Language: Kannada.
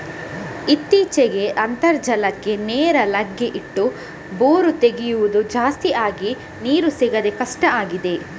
ಇತ್ತೀಚೆಗೆ ಅಂತರ್ಜಲಕ್ಕೆ ನೇರ ಲಗ್ಗೆ ಇಟ್ಟು ಬೋರು ತೆಗೆಯುದು ಜಾಸ್ತಿ ಆಗಿ ನೀರು ಸಿಗುದೇ ಕಷ್ಟ ಆಗಿದೆ